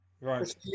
right